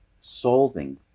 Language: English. solving